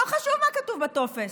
לא חשוב מה כתוב בטופס.